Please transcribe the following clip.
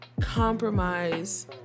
compromise